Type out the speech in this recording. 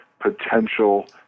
potential